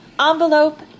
Envelope